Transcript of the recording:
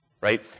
Right